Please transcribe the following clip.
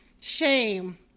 shame